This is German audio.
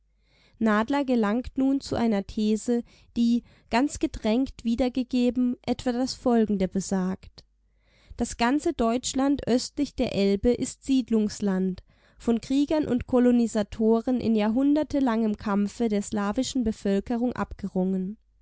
gelangt nun zu einer these die ganz gedrängt wiedergegeben etwa das folgende besagt das ganze deutschland östlich der elbe ist siedlungsland von kriegern und kolonisatoren in jahrhundertelangem kampfe der slawischen bevölkerung abgerungen